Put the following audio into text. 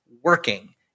working